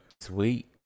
Sweet